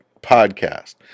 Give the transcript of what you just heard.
podcast